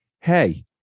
hey